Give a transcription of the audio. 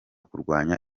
kurwanya